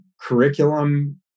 curriculum